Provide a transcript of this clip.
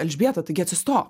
elžbieta taigi atsistok